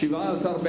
שעה) (תיקון מס' 2),